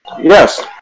Yes